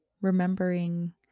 remembering